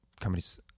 companies